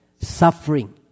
suffering